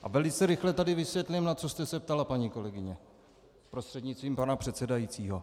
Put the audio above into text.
A velice rychle tady vysvětlím, na co jste se ptala, paní kolegyně prostřednictvím pana předsedajícího.